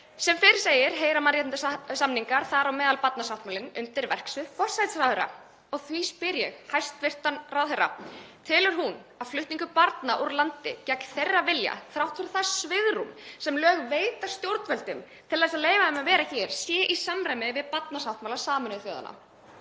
Sem fyrr segir heyra mannréttindasamningar, þar á meðal barnasáttmálinn, undir verksvið forsætisráðherra og því spyr ég hæstv. ráðherra: Telur hún að flutningur barna úr landi gegn þeirra vilja þrátt fyrir það svigrúm sem lög veita stjórnvöldum til að leyfa þeim að vera hér, sé í samræmi við barnasáttmála Sameinuðu þjóðanna?